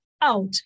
out